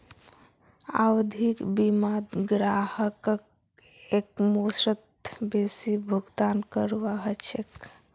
आवधिक बीमात ग्राहकक एकमुश्त बेसी भुगतान करवा ह छेक